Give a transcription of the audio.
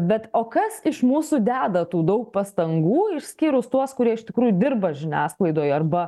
bet o kas iš mūsų deda tų daug pastangų išskyrus tuos kurie iš tikrųjų dirba žiniasklaidoj arba